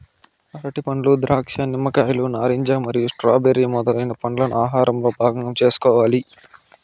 అరటిపండ్లు, ద్రాక్ష, నిమ్మకాయలు, నారింజ మరియు స్ట్రాబెర్రీ మొదలైన పండ్లను ఆహారంలో భాగం చేసుకోవాలి